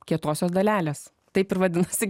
kietosios dalelės taip ir vadinosi